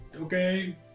Okay